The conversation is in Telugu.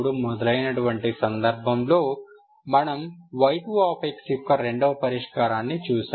మొదలైనటువంటి సందర్భంలో మనము y2 యొక్క రెండవ పరిష్కారాన్ని చూశాము